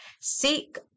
seek